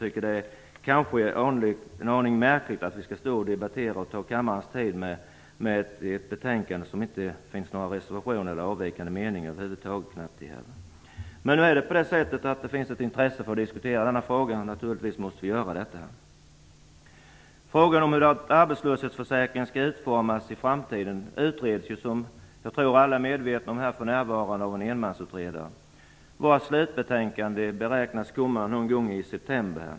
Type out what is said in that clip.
Det är kanske en aning märkligt att vi skall ta upp kammarens tid med att diskutera ett betänkande utan någon reservation eller över huvud taget avvikande mening. Men det finns ett intresse för att diskutera denna fråga, och då måste vi naturligtvis göra det. Frågan om hur en arbetslöshetsförsäkring skall utformas i framtiden utreds, som jag tror att alla här är medvetna om, för närvarande av en enmansutredare, vars slutbetänkande beräknas komma någon gång i september.